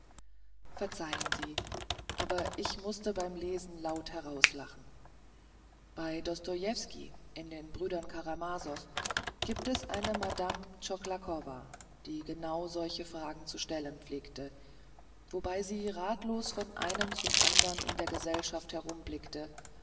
verzeihen sie aber ich mußte beim lesen laut herauslachen bei dostojewski in den brüdern karamasoff gibt es eine madame chochlakowa die genau solche fragen zu stellen pflegte wobei sie ratlos von einem zum andern in der gesellschaft